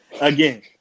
Again